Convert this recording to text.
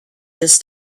this